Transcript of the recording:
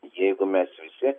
jeigu mes visi